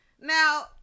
Now